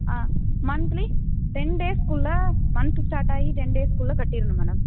ஆ monthly ten டேஸ்குள்ளே month start ஆகி ten டேஸ்குள்ளே கட்டிடணும் மேடம்